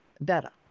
better